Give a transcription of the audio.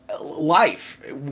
life